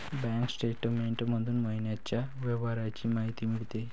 bank statement मधून महिन्याच्या व्यवहारांची माहिती मिळते